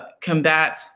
combat